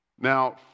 Now